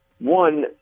One